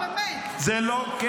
--- זה לא נכון, באמת.